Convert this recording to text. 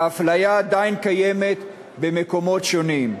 והאפליה עדיין קיימת במקומות שונים.